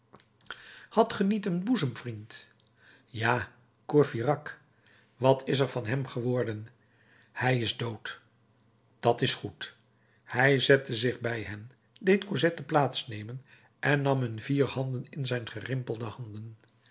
niet een boezemvriend ja courfeyrac wat is er van hem geworden hij is dood dat is goed hij zette zich bij hen deed cosette plaats nemen en nam hun vier handen in zijn gerimpelde handen